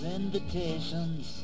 invitations